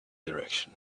direction